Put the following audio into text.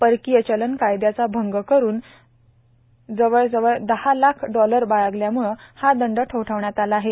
परकीय चलन कायद्याचा अंग करून जवळ दहा हजार डॉलर बाळगल्यामुळ हा दंड ठोठावण्यात आला आहे